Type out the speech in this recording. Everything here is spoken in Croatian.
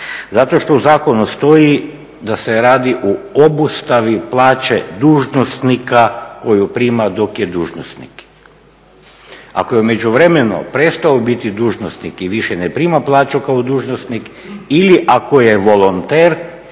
Zato što u zakonu stoji da se radi o obustavi plaće dužnosnika koju prima dok je dužnosnik. Ako je u međuvremenu prestao biti dužnosnik i više ne prima plaću kao dužnosnik ili ako je volonter